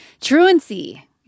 Truancy